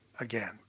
again